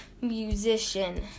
musician